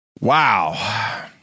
Wow